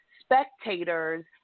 spectators